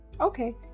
Okay